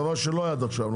דבר שלא היה עד עכשיו,